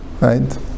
right